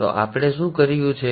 તો આપણે શું કર્યું છે